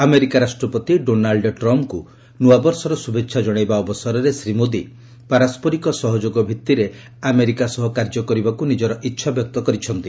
America ରାଷ୍ଟ୍ରପତି Donald ଟ୍ରମ୍ପଙ୍କୁ ନୂଆବର୍ଷର ଶୁଭେଚ୍ଛା ଜଣାଇବା ଅବସରରେ ଶ୍ରୀ ମୋଦି ପାରସ୍କରିକ ସହଯୋଗ ଭିତ୍ତିରେ ଆମେରିକା ସହ କାର୍ଯ୍ୟ କରିବାକୁ ନିଜର ଇଚ୍ଛା ବ୍ୟକ୍ତ କରିଛନ୍ତି